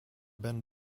been